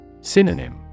Synonym